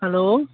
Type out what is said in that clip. hello